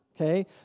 Okay